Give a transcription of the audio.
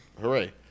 hooray